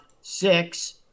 six